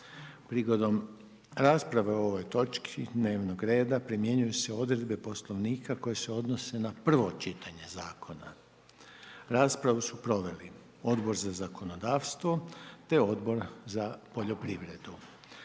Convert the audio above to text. Prigodom rasprave o ovom točki dnevnog reda primjenjuju se odredbe Poslovnika koje se odnose na prvo čitanje Zakona. Raspravu su proveli Odbor za zakonodavstvo te Odbor za poljoprivredu.